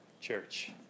Church